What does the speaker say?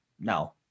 no